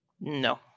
No